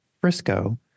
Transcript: Frisco